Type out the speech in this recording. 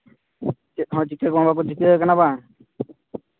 ᱪᱮᱫ ᱦᱚᱸ ᱪᱤᱠᱟᱹ ᱵᱟᱝ ᱠᱚ ᱪᱤᱠᱟᱹ ᱠᱟᱱᱟ ᱵᱟᱝ